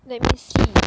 let me see